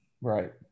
Right